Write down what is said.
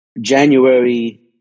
January